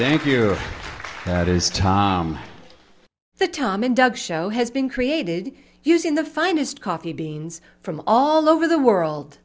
thank you that is time the time in drug show has been created using the finest coffee beans from all over the world